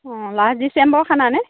অঁ last December খানানে